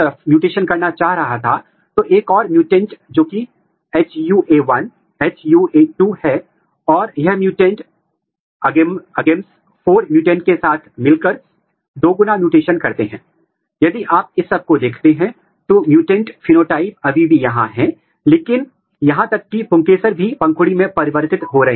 लेकिन बाद के चरण में जब पुष्प अंग व्यवस्थित होते हैं तो आप पहले ही देख सकते हैं कि लेम्मा और पेलिया में अभिव्यक्ति कम हो गई है लेकिन आंतरिक अंगों में उच्च स्तर की अभिव्यक्ति हो रही है